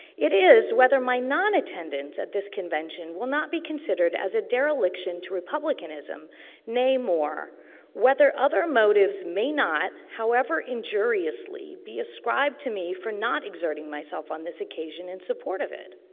it is whether my nonattendance at this convention will not be considered as a dereliction to republicanism nay more whether other motives may not, however injuriously, be ascribed to me for not exerting myself on this occasion in support of it.